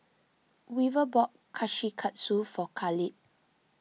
Weaver bought Kushikatsu for Kahlil